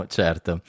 certo